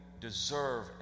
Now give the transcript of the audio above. deserve